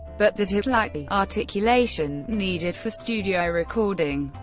but that it lacked the articulation needed for studio recording.